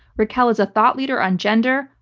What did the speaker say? raquel is a thought leader on gender,